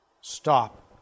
stop